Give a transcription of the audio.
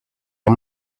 i’m